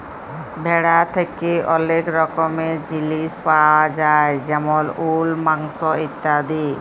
ভেড়া থ্যাকে ওলেক রকমের জিলিস পায়া যায় যেমল উল, মাংস ইত্যাদি